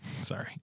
Sorry